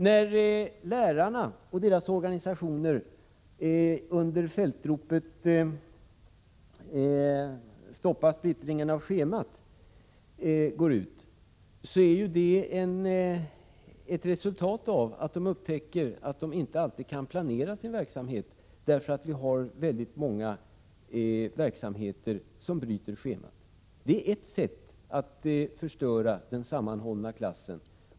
När lärarna och deras organisationer går fram under fältropet ”Stoppa splittringen av schemat” är det ett resultat av att de upptäckt att de inte alltid kan planera sin verksamhet, på grund av att det är så många verksamheter som bryter schemat. Det är ett sätt att förstöra den sammanhållna klassen.